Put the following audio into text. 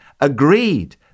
agreed